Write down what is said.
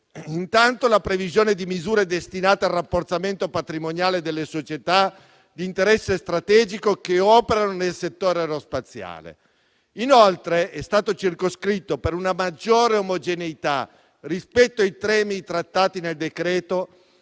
Intanto, vi è la previsione di misure destinate al rafforzamento patrimoniale delle società di interesse strategico che operano nel settore aerospaziale. Inoltre, è stato circoscritto, per una maggiore omogeneità rispetto ai temi trattati nel decreto,